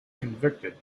convicted